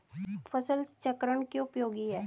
फसल चक्रण क्यों उपयोगी है?